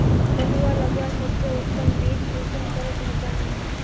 पटुआ लगवार सबसे उत्तम बीज कुंसम करे पहचानूम?